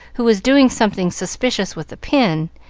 who was doing something suspicious with a pin,